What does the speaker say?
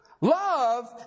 love